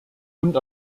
und